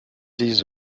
des